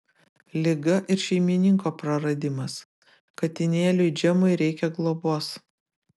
liga ir šeimininko praradimas katinėliui džemui reikia globos